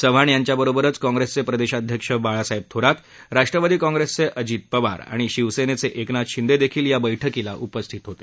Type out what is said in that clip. चव्हाण यांच्याबरोबरच काँप्रेसचे प्रदेशाध्यक्ष बाळासाहेब थोरातराष्ट्रवादी काँप्रेसचे अजीत पवार आणि शिवसेनेचे एकनाथ शिंदेही या बैठकीला उपस्थित होते